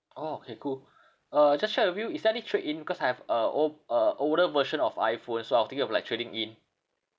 orh okay cool uh just check with you is there any trade in because I have a old a older version of iphone so I was thinking of like trading in